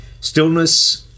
Stillness